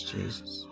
Jesus